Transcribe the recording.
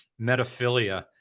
Metaphilia